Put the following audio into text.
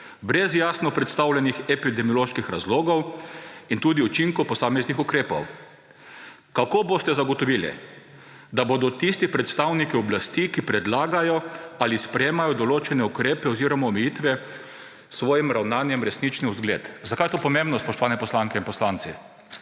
brez jasno predstavljenih epidemioloških razlogov in tudi učinkov posameznih ukrepov? Kako boste zagotovili, da bodo tisti predstavniki oblasti, ki predlagajo ali sprejemajo določene ukrepe oziroma omejitve, s svojim ravnanjem resnično vzgled?« Zakaj je to pomembno, spoštovani poslanke in poslanci?